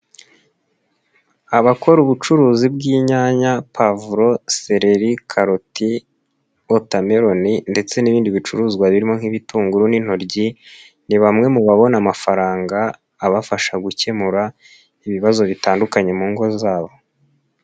Abakora ubucuruzi bw'inyanya, pavuro, sereri, karoti, wotameroni ndetse n'ibindi bicuruzwa birimo nk'ibitunguru n'intoryi ni bamwe mu babona amafaranga abafasha gukemura ibibazo bitandukanye mu ngo zabo.